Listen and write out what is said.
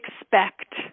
expect